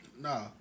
Nah